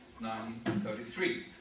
1933